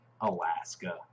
Alaska